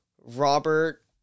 Robert